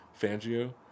Fangio